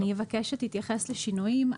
אני מבקשת שתתייחס לשינויים.